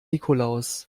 nikolaus